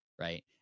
right